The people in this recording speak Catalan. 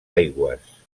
aigües